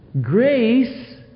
grace